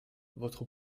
votre